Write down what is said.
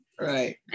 Right